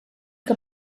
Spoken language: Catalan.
que